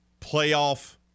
Playoff